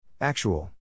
Actual